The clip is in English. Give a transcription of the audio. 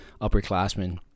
upperclassmen